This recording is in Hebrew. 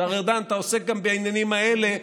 השר ארדן, אתה עוסק גם בעניינים האלה.